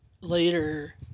later